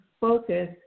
focus